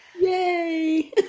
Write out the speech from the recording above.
Yay